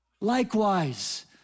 likewise